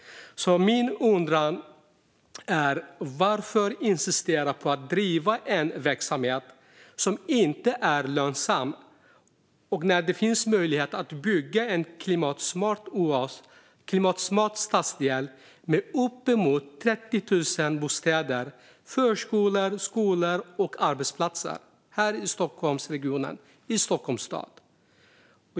Varför insistera på att driva en verksamhet som inte är lönsam när det finns möjlighet att bygga en klimatsmart oas, stadsdel, med uppemot 30 000 bostäder, förskolor, skolor och arbetsplatser här i Stockholmsregionen, i Stockholms stad?